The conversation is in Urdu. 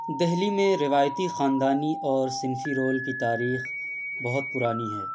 دہلی میں روایتی خاندانی اور صنفی رول کی تاریخ بہت پرانی ہے